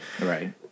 Right